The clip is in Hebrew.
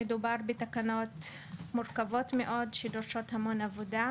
מדובר בתקנות מורכבות מאוד שדורשות המון עבודה.